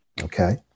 okay